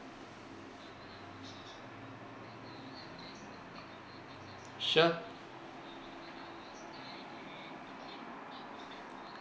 sure